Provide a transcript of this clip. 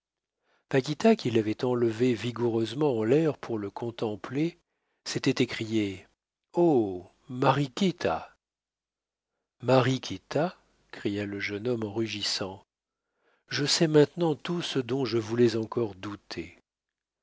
fois paquita qui l'avait enlevé vigoureusement en l'air comme pour le contempler s'était écriée oh mariquita mariquita cria le jeune homme en rugissant je sais maintenant tout ce dont je voulais encore douter